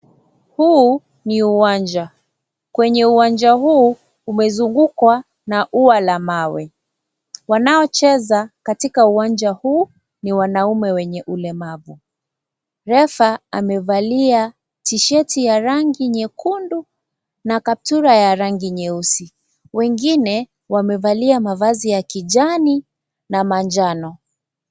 Huu ni uwanja. Kwenye uwanja huu umezungukwa na ua la mawe. Wanaocheza katika uwanja huu ni wanaume wenye ulemavu. Refa amevalia tisheti ya rangi nyekundu na kaptura ya rangi nyeusi. Wengine wamevalia mavazi ya kijani na manjano.